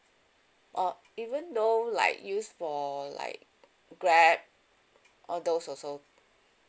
or even though like use for like grab all those also